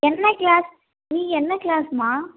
என்ன க்ளாஸ் நீங்கள் என்ன க்ளாஸ்ம்மா